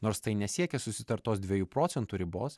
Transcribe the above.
nors tai nesiekia susitartos dviejų procentų ribos